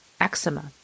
eczema